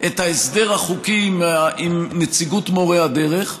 את ההסדר החוקי עם נציגות מורי הדרך,